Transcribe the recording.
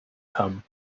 come